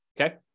Okay